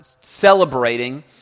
celebrating